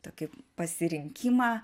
tokį pasirinkimą